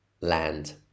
land